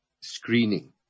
screening